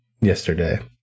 yesterday